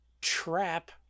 trap